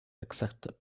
accepted